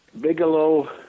Bigelow